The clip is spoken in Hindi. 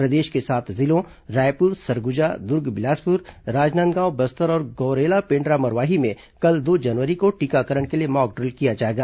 प्रदेश के सात जिलों रायपुर सरगुजा दुर्ग बिलासपुर राजनांदगांव बस्तर और गौरेला पेण्ड्रा मरवाही में कल दो जनवरी को टीकाकरण के लिए मॉकड्रिल किया जाएगा